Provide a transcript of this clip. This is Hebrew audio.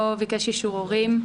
הוא לא ביקש אישור הורים.